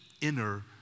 inner